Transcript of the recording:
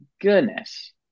goodness